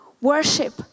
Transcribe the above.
worship